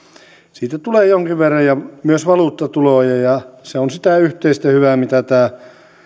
siitä tulee jonkin verran myös valuuttatuloja se on sitä yhteistä hyvää mitä tämä